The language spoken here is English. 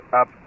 up